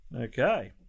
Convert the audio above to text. Okay